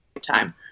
time